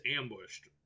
ambushed